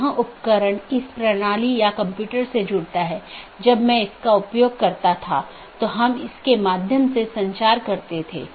और EBGP में OSPF इस्तेमाल होता हैजबकि IBGP के लिए OSPF और RIP इस्तेमाल होते हैं